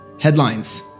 Headlines